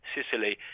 Sicily